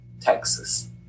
Texas